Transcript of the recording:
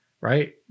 right